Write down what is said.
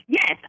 Yes